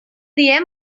diem